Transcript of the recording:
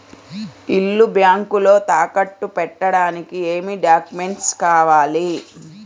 ఇల్లు బ్యాంకులో తాకట్టు పెట్టడానికి ఏమి డాక్యూమెంట్స్ కావాలి?